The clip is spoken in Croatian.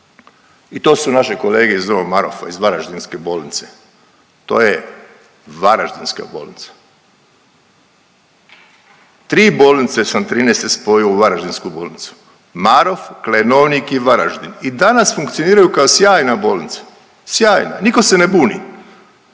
i to su naše kolege iz Novog Marofa, iz Varaždinske bolnice, to je Varaždinska bolnica. Tri bolnice sam '13. spojio u Varaždinsku bolnicu, Marof, Klenovnik i Varaždin i danas funkcioniraju kao sjajna bolnica, sjajna, niko se ne buni.